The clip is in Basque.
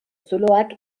zuloak